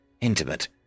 intimate